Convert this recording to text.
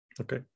Okay